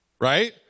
right